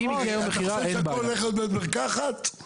אם הגיע יום המכירה, אין בעיה.